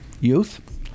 youth